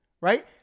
right